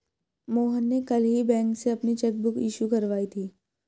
मोहन ने कल ही बैंक से अपनी चैक बुक इश्यू करवाई थी